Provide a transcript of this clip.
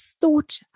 thought